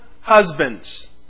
husbands